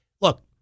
look